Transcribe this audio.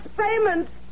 payments